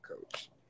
Coach